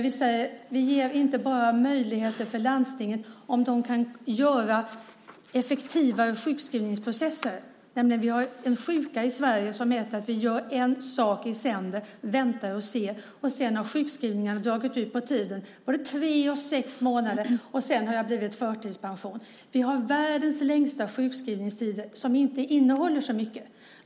Vi ger möjligheter för landstingen för effektivare sjukskrivningsprocesser. Vi har en sjuka i Sverige som är att vi gör en sak i sänder, väntar och ser. Så har sjukskrivningarna dragit ut på tiden både tre och sex månader, och sedan har det blivit förtidspension. Vi har världens längsta sjukskrivningstider som inte innehåller så mycket.